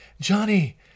johnny